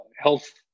health